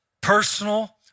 personal